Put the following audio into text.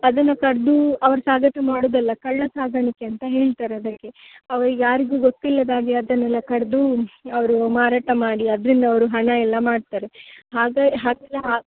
ಅದನ್ನು ಕಡಿದು ಅವ್ರು ಸಾಗಾಟ ಮಾಡೋದಲ್ಲ ಕಳ್ಳ ಸಾಗಾಣಿಕೆ ಅಂತ ಹೇಳ್ತಾರೆ ಅದಕ್ಕೆ ಅವರಿಗೆ ಯಾರಿಗು ಗೊತ್ತಿಲ್ಲದಾಗೆ ಅದನ್ನೆಲ್ಲ ಕಡಿದು ಅವರು ಮಾರಾಟ ಮಾಡಿ ಅದರಿಂದ ಅವರು ಹಣ ಎಲ್ಲ ಮಾಡ್ತಾರೆ ಹಾಗಾ ಹಾಗೆಲ್ಲ ಹಾ